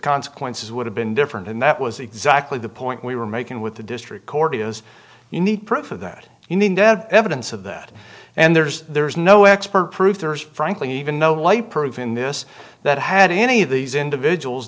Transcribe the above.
consequences would have been different and that was exactly the point we were making with the district court is you need proof of that you need to have evidence of that and there's there is no expert proof there is frankly even know why prove in this that had any of these individuals